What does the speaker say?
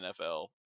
NFL